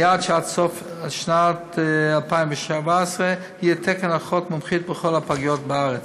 היעד הוא שעד סוף שנת 2017 יהיה תקן אחות מומחית בכל הפגיות בארץ.